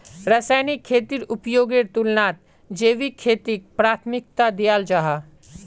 रासायनिक खेतीर उपयोगेर तुलनात जैविक खेतीक प्राथमिकता दियाल जाहा